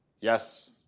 yes